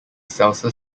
salsa